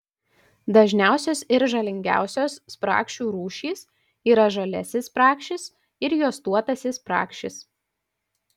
dažniausios ir žalingiausios spragšių rūšys yra žaliasis spragšis ir juostuotasis spragšis